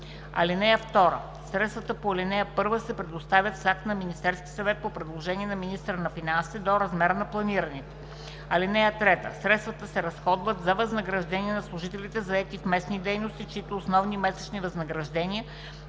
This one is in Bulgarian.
бюджет. (2) Средствата по ал. 1 се предоставят с акт на Министерския съвет по предложение на министъра на финансите до размера на планираните. (3) Средствата се разходват за възнаграждения на служители, заети в местните дейности, чиито основни месечни възнаграждения